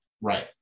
Right